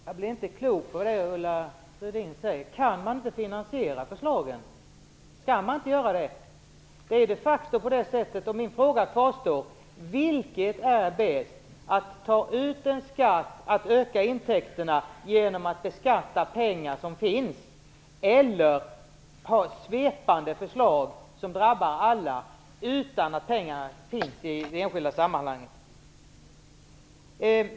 Herr talman! Jag blir inte klok på det som Ulla Rudin säger. Kan man inte finansiera förslagen? Skall man inte göra det? Min fråga kvarstår: Vilket är bäst, att öka intäkterna genom att beskatta pengar som finns eller att ha svepande förslag som drabbar alla utan att pengarna finns i det enskilda sammanhanget?